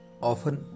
Often